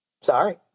Sorry